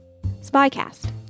SpyCast